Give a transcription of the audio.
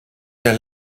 der